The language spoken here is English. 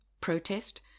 protest